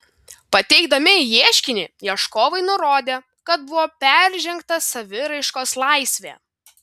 pateikdami ieškinį ieškovai nurodė kad buvo peržengta saviraiškos laisvė